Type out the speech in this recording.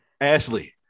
Ashley